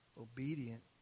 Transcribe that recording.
obedient